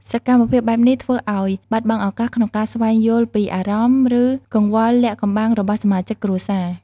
សកម្មភាពបែបនេះធ្វើអោយបាត់បង់ ឱកាសក្នុងការស្វែងយល់ពីអារម្មណ៍ ឬកង្វល់លាក់កំបាំងរបស់សមាជិកគ្រួសារ។